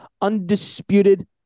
undisputed